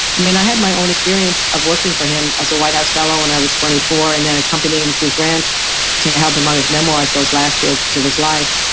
i mean i had my own experience of working for him as a white house fellow when i was twenty four, and then accompanying him to his ranch to help him on his memoirs those last years of his life.